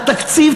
שהתקציב,